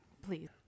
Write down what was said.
Please